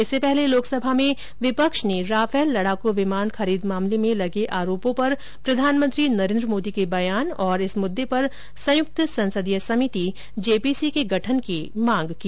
इससे पहले लोकसभा में विपक्ष ने राफेल लड़ाकू विमान खरीद मामले में लगे आरोपों पर प्रधानमंत्री नरेन्द्र मोदी के बयान तथा इस मुद्दे पर संयुक्त संसदीय समिति जेपीसी के गठन की मांग की